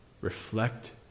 reflect